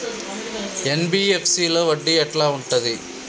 NBFC లో వడ్డీ ఎట్లా ఉంటది?